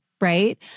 right